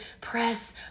press